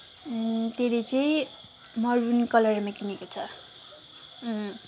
त्यसले चाहिँ मरुन कलरमा किनेको छ